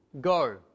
go